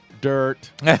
dirt